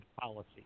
policy